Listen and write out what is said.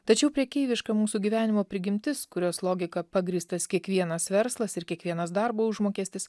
tačiau prekeiviška mūsų gyvenimo prigimtis kurios logika pagrįstas kiekvienas verslas ir kiekvienas darbo užmokestis